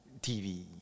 TV